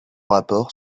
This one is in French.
rapports